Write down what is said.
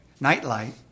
Nightlight